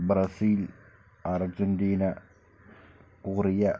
Brazil Argentina Korea